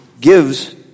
gives